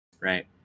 right